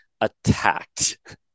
attacked